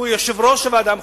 שהוא יושב-ראש הוועדה המחוזית.